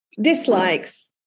dislikes